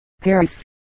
Paris